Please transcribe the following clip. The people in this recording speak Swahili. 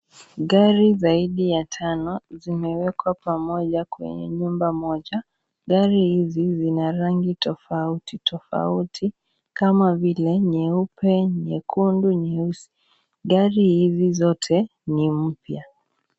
Gari zaidi ya tano zimewekwa pamoja kwenye nyumba moja. Gari hizi zina rangi tofauti tofauti kama vile nyeupe, nyekundu, nyeusi. Gari hizi zote ni mpya.